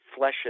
fleshes